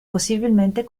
possibilmente